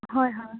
হয় হয়